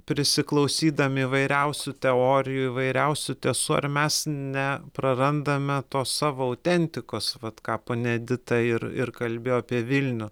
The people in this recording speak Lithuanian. prisiklausydami įvairiausių teorijų įvairiausių tiesų ar mes ne prarandame tos savo autentikos vat ką ponia edita ir ir kalbėjo apie vilnių